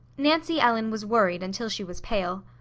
nancy ellen was worried, until she was pale.